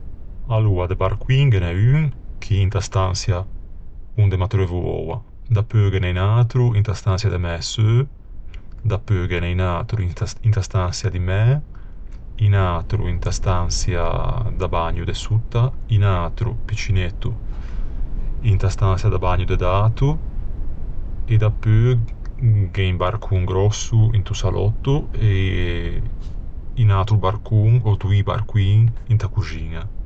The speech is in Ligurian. Aloa, de barcoin ghe n'é un chì inta stançia onde m'attreuvo oua. Dapeu ghe n'é un inta stançia de mæ seu. Dapeu ghe n'é un atro inta stançia di mæ. Un atro inta stançia da bagno de sotta. Un atro, piccinetto, inta stançia da bagno de d'ato. E dapeu gh'é un barcon gròsso inta salòtto e un atro barcon, ò doî barcoin, inta coxiña.